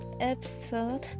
episode